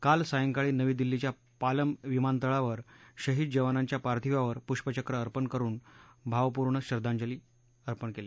काल सायंकाळी नवी दिल्लीच्या पालम विमानतळावर शहीद जवानांच्या पार्थिवावर पुष्पचक्र अर्पण करून भावपुर्ण श्रघ्दांजली वाहिली